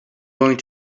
going